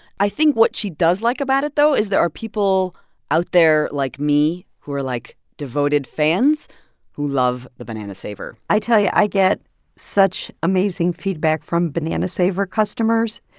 i think what she does like about it, though, is there are people out there like me who are, like, devoted fans who love the banana saver i tell you, i get such amazing feedback from banana saver customers.